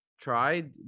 tried